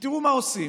כי תראו מה עושים: